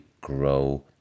grow